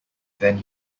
then